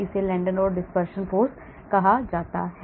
इसे London or dispersion forces कहा जाता है